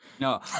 No